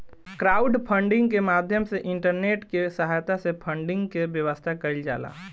crowdfunding के माध्यम से इंटरनेट के सहायता से फंडिंग के व्यवस्था कईल जाला